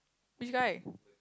this guy